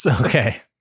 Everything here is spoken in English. Okay